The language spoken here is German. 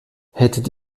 hättet